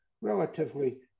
relatively